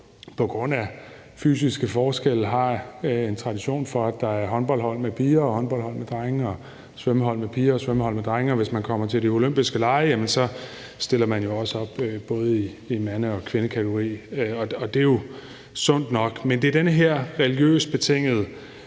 på grund af fysiske forskelle har en tradition for, at der er håndboldhold med piger og der er håndboldhold med drenge og der er svømmehold med piger og svømmehold med drenge, og hvis man kommer med til de olympiske lege, jamen så stiller man jo også op i henholdsvis en mande- og en kvindekategori. Og det er jo sundt nok. Men det er den her religiøst betingede